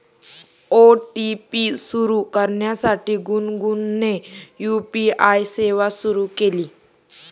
OTP सुरू करण्यासाठी गुनगुनने यू.पी.आय सेवा सुरू केली